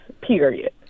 Period